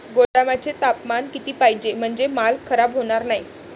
गोदामाचे तापमान किती पाहिजे? म्हणजे माल खराब होणार नाही?